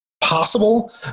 possible